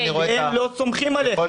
ככל שאני רואה את ה --- כי הם לא סומכים עליכם,